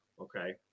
Okay